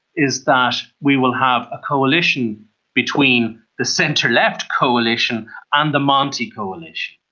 is that we will have a coalition between the centre left coalition and the monti coalition.